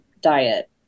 diet